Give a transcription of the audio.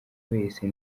wese